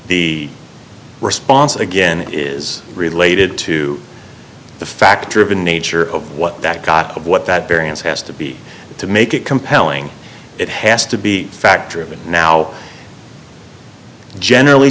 the response again is related to the factor of the nature of what that got of what that variance has to be to make it compelling it has to be factor of it now generally